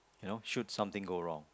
you know should something go wrong